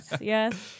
yes